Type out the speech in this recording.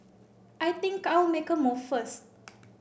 I think I'll make a move first